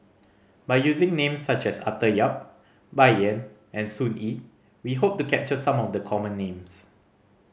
by using names such as Arthur Yap Bai Yan and Sun Yee we hope to capture some of the common names